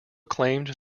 claimed